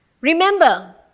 Remember